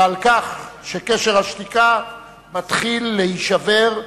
ועל כך שקשר השתיקה מתחיל להישבר,